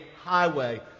highway